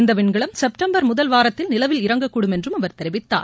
இந்த விண்கலம் செப்டம்பர் முதல் வாரத்தில் நிலவில் இறங்கக்கூடும் என்றும் அவர் தெரிவித்தார்